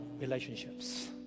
relationships